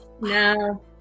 No